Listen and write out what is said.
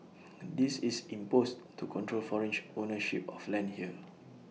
this is imposed to control ownership of land here